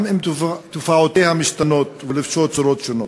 גם אם תופעותיה משתנות ולובשות צורות שונות.